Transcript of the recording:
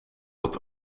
het